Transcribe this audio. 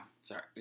sorry